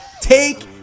Take